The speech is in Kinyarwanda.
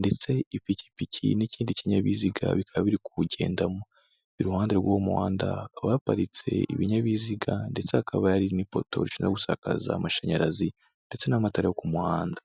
ndetse ipikipiki n'ikindi kinyabiziga bikaba biri kuwugendamo, iruhande rw'uwo umuhanda hakaba haparitse ibinyabiziga ndetse hakaba yari n'ipoto rishinzwe gusakaza amashanyarazi ndetse n'amatara yo ku muhanda.